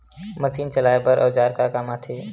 Machine चलाए बर औजार का काम आथे?